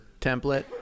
template